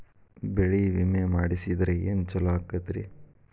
ಬೆಳಿ ವಿಮೆ ಮಾಡಿಸಿದ್ರ ಏನ್ ಛಲೋ ಆಕತ್ರಿ?